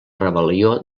rebel·lió